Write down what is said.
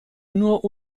nur